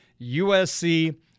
USC